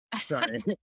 Sorry